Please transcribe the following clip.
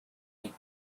eight